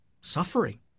suffering